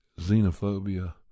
xenophobia